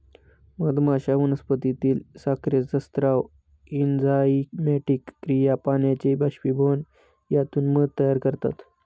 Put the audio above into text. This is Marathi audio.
मधमाश्या वनस्पतीतील साखरेचा स्राव, एन्झाइमॅटिक क्रिया, पाण्याचे बाष्पीभवन यातून मध तयार करतात